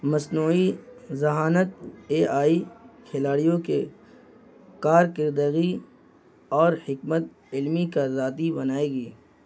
مصنوعی ذہانت A I کھلاڑیوں کے کارکردگی اور حکمت علمی کا ذاتی بنائے گی